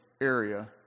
area